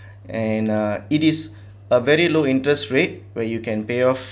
and uh it is a very low interest rate where you can pay off